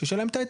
שישלם את ההיטל.